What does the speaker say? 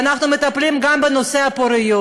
ואנחנו מטפלים גם בנושא הפוריות,